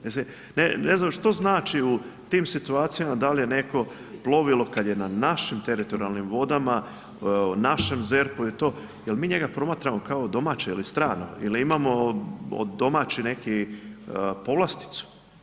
Ne znam što znači u tim situacijama da li je neko plovilo na našim teritorijalnim vodama, našem ZERP-u jel mi njega promatramo kao domaće ili strano ili imamo domaći neki povlasticu?